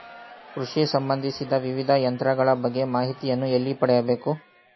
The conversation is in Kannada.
ಕೃಷಿ ಸಂಬಂದಿಸಿದ ವಿವಿಧ ಯಂತ್ರಗಳ ಬಗ್ಗೆ ಮಾಹಿತಿಯನ್ನು ಎಲ್ಲಿ ಪಡೆಯಬೇಕು?